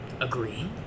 agree